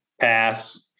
Pass